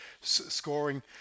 scoring